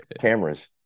cameras